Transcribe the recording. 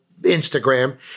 instagram